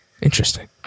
interesting